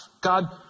God